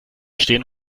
stehen